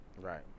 Right